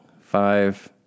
Five